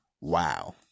Wow